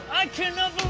i cannot